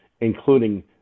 including